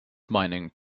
mining